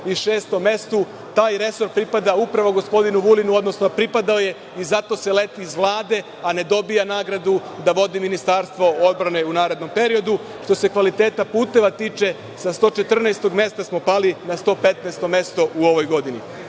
na 126. mestu. Taj resor pripada upravo gospodinu Vulinu, odnosno pripadao je. Zato se leti iz Vlade, a ne dobija nagrada da vodi Ministarstvo odbrane u narednom periodu. Što se kvaliteta puteva tiče, sa 114. mesta smo pali na 115. mesto u ovoj godini.